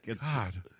God